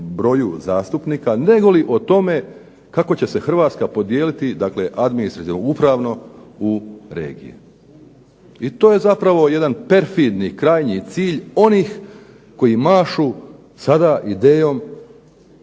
broju zastupnika nego li o tome kako će se Hrvatska podijeliti dakle administrativno upravno u regiji. I to je zapravo jedan perfidni, krajnji cilj onih koji mašu sada idejom